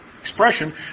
expression